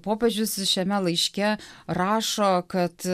popiežius šiame laiške rašo kad